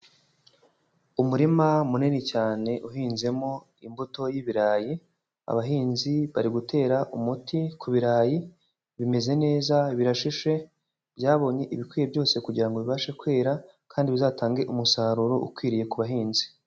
Umurima munini cyane uhinzemo imbuto y'ibirayi, abahinzi bari gutera umuti ku birayi, bimeze neza birashishe, byabonye ibikwiye byose kugira ngo bibashe kwera kandi bizatange umusaruro ukwiriye ku bahinzi.